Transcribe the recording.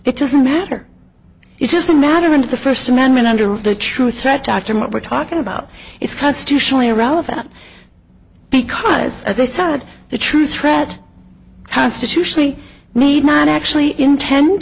it doesn't matter it's just a matter of the first amendment under the true threat doctrine what we're talking about is constitutionally irrelevant because as i said the true threat constitutionally need not actually intend